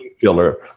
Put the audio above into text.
filler